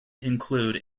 include